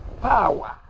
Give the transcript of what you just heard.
power